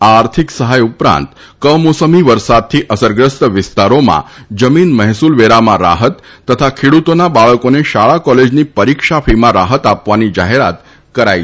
આ આર્થીક સહાય ઉપરાંત કમોસમી વરસાદથી અસરગ્રસ્ત વિસ્તારોમાં જમીન મહેસૂલવેરામાં રાહત તથા ખેડૂતોનાં બાળકોને શાળા કોલેજની પરીક્ષા ફી માં રાહત આપવાની જાહેરાત કરાઇ છે